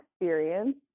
experience